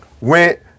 went